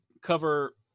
cover